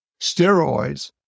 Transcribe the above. steroids